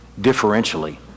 differentially